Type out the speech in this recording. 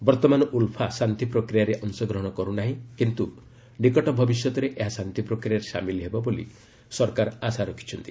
ବର୍ତ୍ତମାନ ଉଲ୍ଫା ଶାନ୍ତି ପ୍ରକ୍ରିୟାରେ ଅଂଶଗ୍ରହଣ କରୁନାହିଁ କିନ୍ତୁ ନିକଟ ଭବିଷ୍ୟତରେ ଏହା ଶାନ୍ତିପ୍ରକ୍ରିୟାରେ ସାମିଲ ହେବ ବୋଲି ସରକାର ଆଶା ରଖିଛନ୍ତି